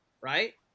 right